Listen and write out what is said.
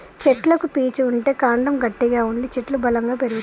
చెట్లకు పీచు ఉంటే కాండము గట్టిగా ఉండి చెట్లు బలంగా పెరుగుతాయి